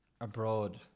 abroad